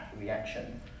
reaction